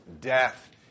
death